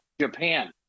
Japan